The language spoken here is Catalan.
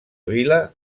vila